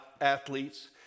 athletes